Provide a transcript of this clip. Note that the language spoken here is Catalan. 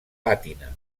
pàtina